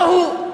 לא הוא: